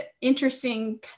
interesting